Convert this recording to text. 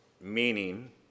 Meaning